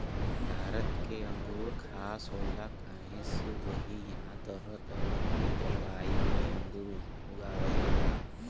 भारत के अंगूर खास होला काहे से की इहां तरह तरह के जलवायु में अंगूर उगावल जाला